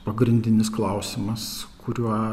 pagrindinis klausimas kuriuo